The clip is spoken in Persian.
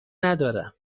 ندارم